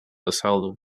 asylum